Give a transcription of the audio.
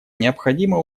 необходимо